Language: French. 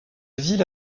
ville